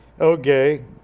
Okay